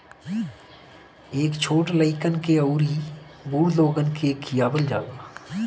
एके छोट लइकन के अउरी बूढ़ लोगन के खियावल जाला